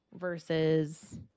versus